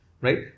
right